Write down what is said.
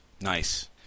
Nice